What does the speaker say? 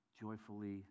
joyfully